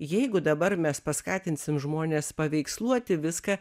jeigu dabar mes paskatinsim žmones paveiksluoti viską